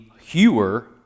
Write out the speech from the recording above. hewer